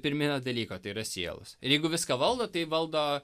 pirminio dalyko tai yra sielos ir jeigu viską valdo tai valdo